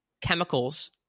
chemicals